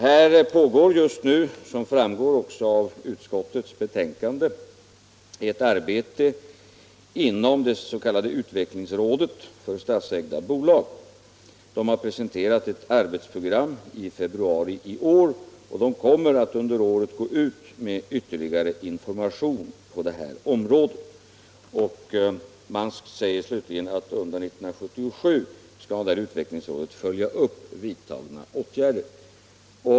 Här pågår just nu, som framgår också av utskottets betänkande, ett arbete inom det s.k. utvecklingsrådet för statsägda bolag. Rådet har i februari i år presenterat ett arbetsprogram och kommer under året att gå ut med ytterligare information på detta område. Vidare skall utvecklingsrådet under 1977 följa upp vidtagna åtgärder.